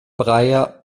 breyer